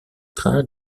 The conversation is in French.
train